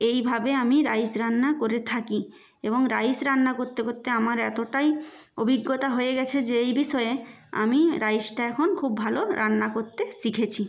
এইভাবে আমি রাইস রান্না করে থাকি এবং রাইস রান্না করতে করতে আমার এতটাই অভিজ্ঞতা হয়ে গিয়েছে যে এই বিষয়ে আমি রাইসটা এখন খুব ভালো রান্না করতে শিখেছি